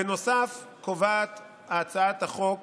בנוסף, קובעת הצעת החוק